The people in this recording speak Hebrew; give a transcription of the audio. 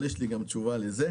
אבל יש לי גם תשובה לזה.